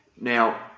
Now